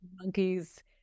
monkeys